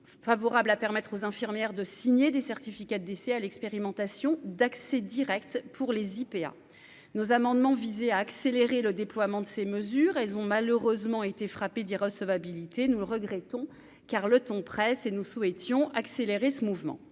favorable à permettre aux infirmières de signer des certificats de décès à l'expérimentation d'accès Direct pour les IPA nos amendements visait à accélérer le déploiement de ces mesures, elles ont malheureusement été frappée d'irrecevabilité, nous le regrettons, car le temps presse et nous souhaitions accélérer ce mouvement,